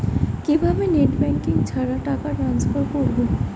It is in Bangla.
কিভাবে নেট ব্যাংকিং ছাড়া টাকা টান্সফার করব?